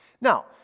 Now